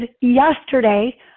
yesterday